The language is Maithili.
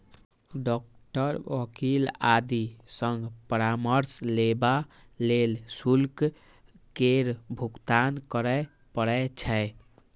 डॉक्टर, वकील आदि सं परामर्श लेबा लेल शुल्क केर भुगतान करय पड़ै छै